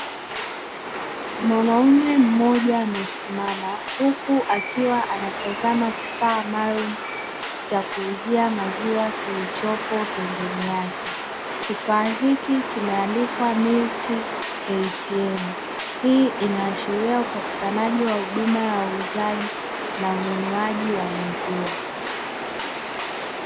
Mwanaume mmoja amesimama huku akiwa anatazama kifaa maalumu cha kuuzia maziwa kilichopo pembeni yake. Kifaa hiki kimeandikwa "milk ATM”. Hii inaashiria upatikanaji wa huduma ya uuzaji na ununuaji wa maziwa.